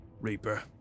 Reaper